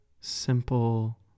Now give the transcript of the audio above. simple